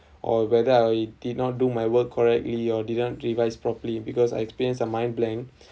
or whether I did not do my work correctly or didn't revise properly because I experience a mind blank